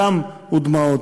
דם ודמעות?